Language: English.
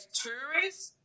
tourists